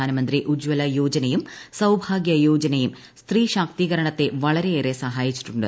പ്രധാൻമന്ത്രി ഉജ്ജിൽക്ക് യോജനയും സൌഭാഗ്യ യോജനയും സ്ത്രീശാക്തീകരണത്തെ വളരെയേറെ സഹായിച്ചിട്ടുണ്ട്